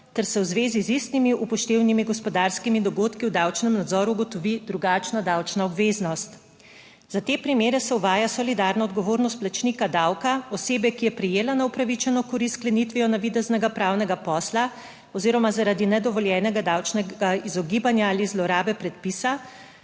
ter se v zvezi z istimi upoštevnimi gospodarskimi dogodki v davčnem nadzoru ugotovi drugačna davčna obveznost. Za te primere se uvaja solidarno odgovornost plačnika davka, osebe, ki je prejela neupravičeno korist, sklenitvijo navideznega pravnega posla oziroma zaradi nedovoljenega davčnega izogibanja ali zlorabe predpisa,